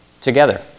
together